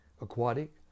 aquatic